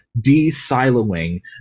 De-siloing